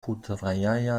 putrajaya